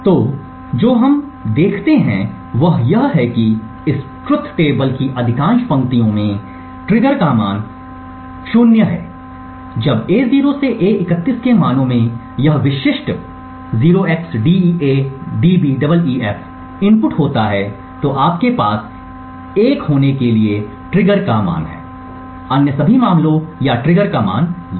तो जो हम इसमें देखते हैं वह यह है कि इस ट्रुथ टेबल की अधिकांश पंक्तियों में ट्रिगर का मान 0 है जब A0 से A31 के मानों में यह विशिष्ट 0xDEADBEEF इनपुट होता है तो आपके पास 1 होने के लिए ट्रिगर का मान है अन्य सभी मामलों या ट्रिगर का मान 0 है